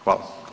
Hvala.